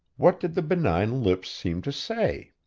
what did the benign lips seem to say?